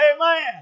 Amen